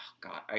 God